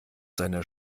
seiner